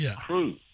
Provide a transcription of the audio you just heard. crew